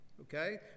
okay